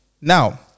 Now